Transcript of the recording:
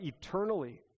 eternally